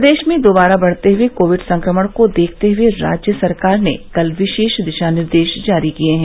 प्रदेश में दोबारा बढ़ते हुए कोविड संक्रमण को देखते हुए राज्य सरकार ने कल विशेष दिशा निर्देश जारी किये हैं